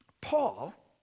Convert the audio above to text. Paul